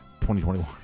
2021